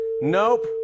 Nope